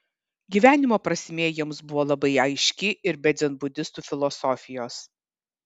gyvenimo prasmė jiems buvo labai aiški ir be dzenbudistų filosofijos